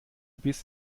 biss